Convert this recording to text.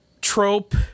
trope